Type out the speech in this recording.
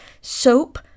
soap